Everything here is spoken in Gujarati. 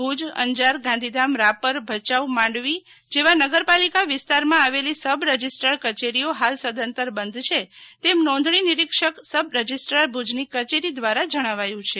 ભુજ અંજાર ગાંધીધામ રાપર ભચાઉ માંડવી જેવા નગરપાલિકા વિસ્તાર માં આવેલી સબ રજિસ્ટ્રાર કચેરીઓ હાલ સદંતર બંધ છે તેમ નોંધણી નિરીક્ષક સબ રજિસ્ટ્રાર ભુજની કચેરી દ્વારા જણાવાયું છે